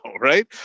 right